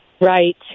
Right